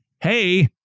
hey